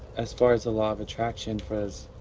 as far as the law of attraction fuzz